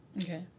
Okay